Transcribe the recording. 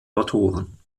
autoren